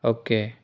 okay